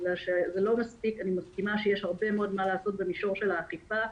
אני מסכימה שיש הרבה מאוד מה לעשות במישור של האכיפה.